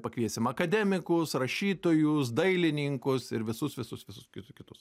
pakviesim akademikus rašytojus dailininkus ir visus visus visu kitu kitus